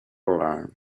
learn